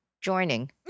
joining